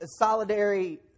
solidary